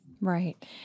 Right